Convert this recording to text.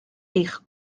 eich